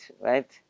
right